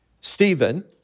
Stephen